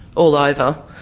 all over,